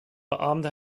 beaamde